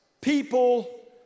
people